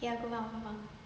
okay ah aku faham aku faham